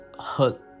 hurt